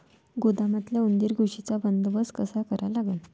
गोदामातल्या उंदीर, घुशीचा बंदोबस्त कसा करा लागन?